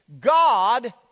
God